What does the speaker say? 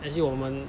actually 我们